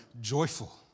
joyful